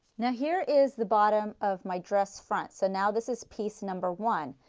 now here is the bottom of my dress front, so now this is piece number one.